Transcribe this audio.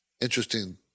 interesting